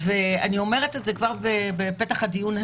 אני אומרת את זה כבר בפתח הדיון הזה,